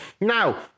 Now